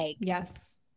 Yes